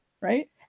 Right